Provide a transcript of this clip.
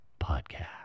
Podcast